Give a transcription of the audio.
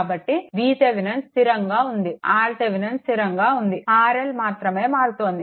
కాబట్టి VThevenin స్థిరంగా ఉంది RThevenin స్థిరంగా ఉంది RL మాత్రమే మారుతోంది